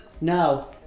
no